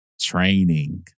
training